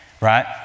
Right